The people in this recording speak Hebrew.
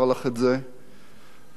אבל באין-סוף לילות שלנו,